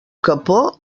capó